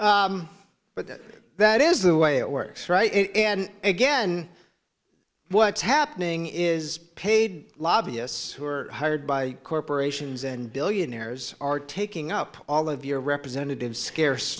that is the way it works right and again what's happening is paid lobbyists who are hired by corporations and billionaires are taking up all of your representatives scarce